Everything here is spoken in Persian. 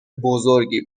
بزرگی